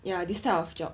ya this type of job